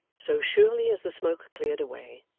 so surely as the smoke cleared away,